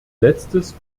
letztes